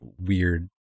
weird